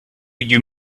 you